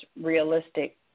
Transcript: realistic